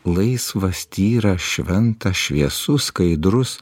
laisvas tyra šventa šviesus skaidrus